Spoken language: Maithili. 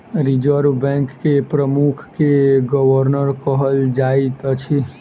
रिजर्व बैंक के प्रमुख के गवर्नर कहल जाइत अछि